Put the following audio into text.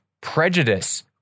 prejudice